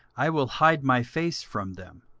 i will hide my face from them,